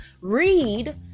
read